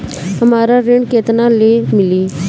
हमरा ऋण केतना ले मिली?